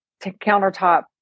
countertop